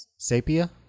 Sapia